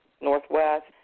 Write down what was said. northwest